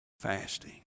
fasting